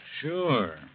Sure